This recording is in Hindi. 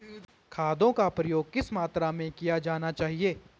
खादों का प्रयोग किस मात्रा में किया जाना चाहिए?